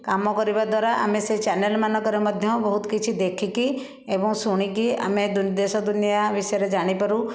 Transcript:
କାମ କରିବା ଦ୍ଵାରା ଆମେ ସେ ଚ୍ୟାନେଲ ମାନଙ୍କରେ ମଧ୍ୟ ବହୁତ କିଛି ଦେଖିକି ଏବଂ ଶୁଣିକି ଆମେ ଦେଶ ଦୁନିଆଁ ବିଷୟରେ ଜାଣିପାରୁ